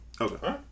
Okay